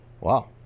Wow